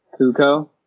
Kuko